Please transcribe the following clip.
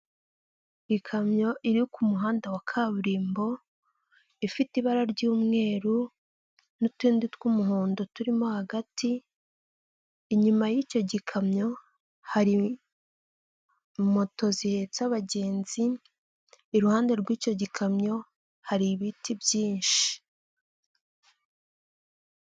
Ikamyo iri ku muhanda wa kaburimbo ifite ibara ry'umweru n'utundi tw'umuhondo turimo hagati inyuma y'icyo gikamyo hari moto zihetse abagenzi iruhande rw'icyo gikamyo hari ibiti byinshi.